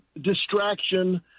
distraction